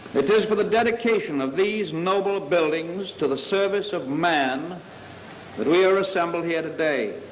it is for the dedication of these noble buildings to the service of man that we are assembled here today.